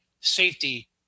safety